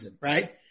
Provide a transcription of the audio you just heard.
right